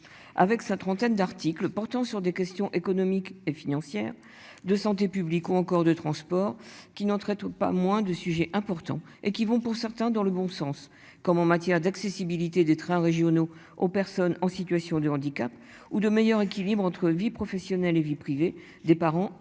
avec sa trentaine d'articles portant sur des questions économiques et financières de santé publique ou encore de transport qui n'entrait pas moins de sujets importants et qui vont, pour certains dans le bon sens, comme en matière d'accessibilité des trains régionaux aux personnes en situation de handicap ou de meilleur équilibre entre vie professionnelle et vie privée des parents et